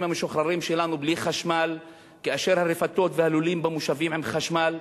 המשוחררים שלנו בלי חשמל והרפתות והלולים במושבים עם חשמל?